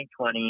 2020